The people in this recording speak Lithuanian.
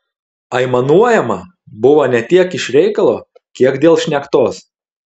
aimanuojama buvo ne tiek iš reikalo kiek dėl šnektos